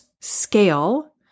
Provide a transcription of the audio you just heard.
scale